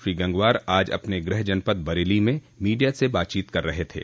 श्री गंगवार आज अपने गृह जनपद बरेली में मीडिया से बातचीत कर रहे थे